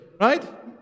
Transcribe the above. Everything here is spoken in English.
right